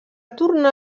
tornar